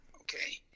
okay